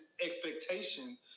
expectation